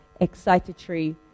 excitatory